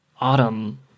autumn